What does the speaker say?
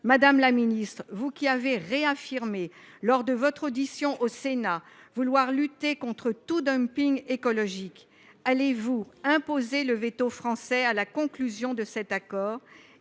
Madame la ministre, vous qui avez réaffirmé, lors de votre audition au Sénat, vouloir lutter contre tout dumping écologique, opposerez vous le veto français à la conclusion de cet accord ?